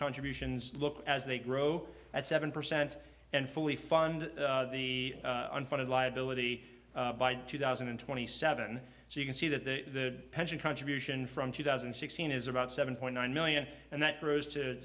contributions look as they grow at seven percent and fully fund the unfunded liability by two thousand and twenty seven so you can see that the pension contribution from two thousand and sixteen is about seven point nine million and that grows to